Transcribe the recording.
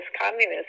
communists